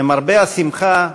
למרבה השמחה,